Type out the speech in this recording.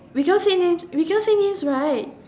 we can't say names we can't say names right